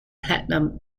platinum